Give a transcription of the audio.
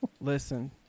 Listen